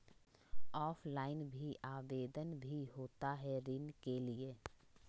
Offline भी आवेदन भी होता है ऋण के लिए?